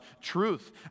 truth